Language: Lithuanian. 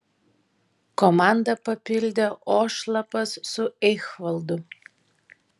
komandą papildė ošlapas su eichvaldu